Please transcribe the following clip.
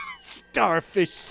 Starfish